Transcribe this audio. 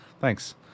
Thanks